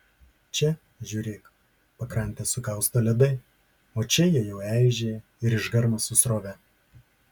čia žiūrėk pakrantę sukausto ledai o čia jie jau eižėja ir išgarma su srove